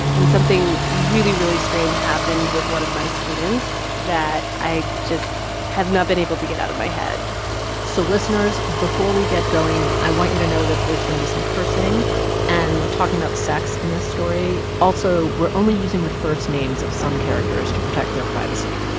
and something really, really strange happened with one of my students that i just have not been able to get out of my head so listeners, before we get going, i want you to know that there's going to be some cursing and talking about sex in this story. also, we're only using the first names of some characters to protect their privacy.